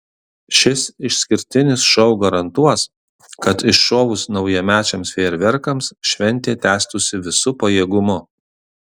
šis išskirtinis šou garantuos kad iššovus naujamečiams fejerverkams šventė tęstųsi visu pajėgumu